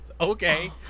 Okay